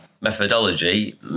methodology